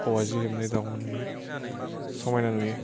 औवाजों हेबनाय दावमोन बेयो समायना नुयो